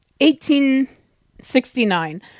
1869